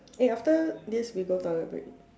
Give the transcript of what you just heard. eh after this we go toilet break